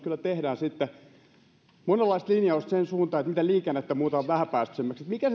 kyllä tehdään monenlaista linjausta siihen suuntaan miten liikennettä muutetaan vähäpäästöisemmäksi mikä